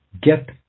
get